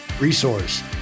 resource